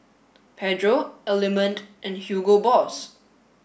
Pedro Element and Hugo Boss